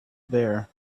bare